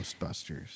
Ghostbusters